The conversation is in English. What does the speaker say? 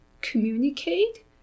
communicate